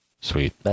Sweet